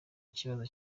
ikibazo